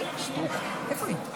איפה היא?